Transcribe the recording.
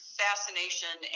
fascination